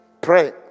Pray